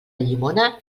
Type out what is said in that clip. llimona